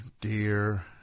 dear